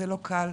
זה לא קל.